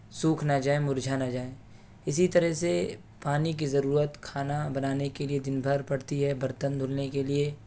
سوکھ نہ جائیں مرجھا نہ جائیں اسی طرح سے پانی کی ضرورت خانا بنانے کے لیے دن بھر پڑتی ہے برتن دھونے کے لیے